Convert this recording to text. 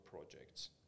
projects